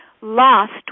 lost